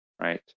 right